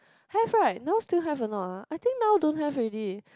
have right now still have a not ah I think now don't have already